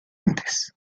antes